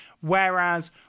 Whereas